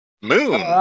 Moon